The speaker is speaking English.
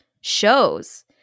shows